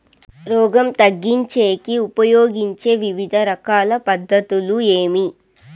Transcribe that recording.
రోగం తగ్గించేకి ఉపయోగించే వివిధ రకాల పద్ధతులు ఏమి?